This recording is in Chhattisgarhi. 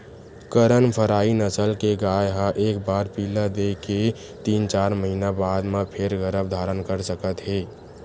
करन फ्राइ नसल के गाय ह एक बार पिला दे के तीन, चार महिना बाद म फेर गरभ धारन कर सकत हे